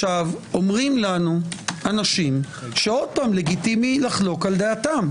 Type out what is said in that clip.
אומרים לנו אנשים, ששוב - לגיטימי לחלוק על דעתם,